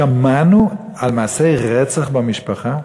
שמענו על מעשה רצח במשפחה?